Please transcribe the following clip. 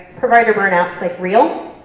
provider burnout is like real,